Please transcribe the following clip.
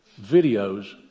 videos